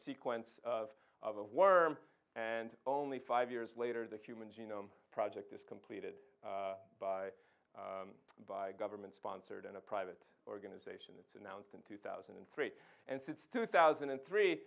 sequence of of a worm and only five years later the human genome project is completed by by government sponsored in a private organization it's announced in two thousand and three and since two thousand and three